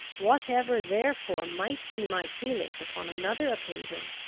whatever therefore might be my feelings upon another occasion,